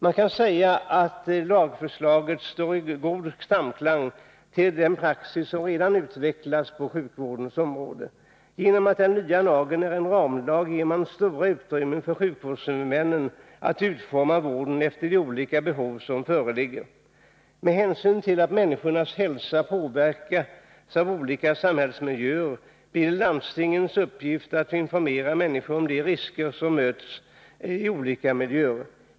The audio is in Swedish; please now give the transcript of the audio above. Man kan säga att lagförslaget står i god samklang med den praxis som redan har utvecklats på sjukvårdens område. Genom att den nya lagen är en ramlag ger man stora utrymmen för sjukvårdshuvudmännen att utforma vården efter de olika behov som föreligger. Med hänsyn till att människornas hälsa påverkas av olika samhällsmiljöer, blir det landstingens uppgift att informera människorna om de risker som de möteri olika miljöer.